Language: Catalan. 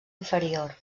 inferior